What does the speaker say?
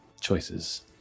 Choices